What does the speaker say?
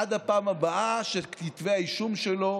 עד הפעם הבאה שכתבי האישום שלו